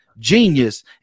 Genius